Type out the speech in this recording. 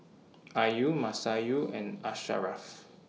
Ayu Masayu and Asharaff